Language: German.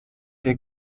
der